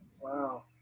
Wow